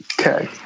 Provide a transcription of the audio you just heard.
Okay